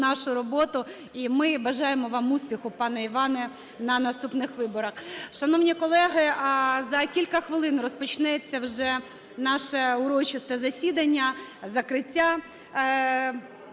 нашу роботу. І ми бажаємо вам успіху, пане Іване, на наступних виборах. Шановні колеги, за кілька хвилин розпочнеться вже наше урочисте засідання, закриття